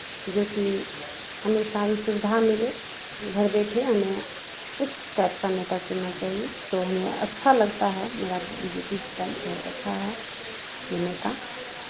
जो कि हमे सारी सुविधा मिले घर बैठे हमे उस टाइप का नेता चुनना चाहिए तो हमे अच्छा लगता है मेरा बी जे पी दल बहुत अच्छा है ये नेता